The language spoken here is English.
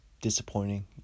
disappointing